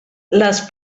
les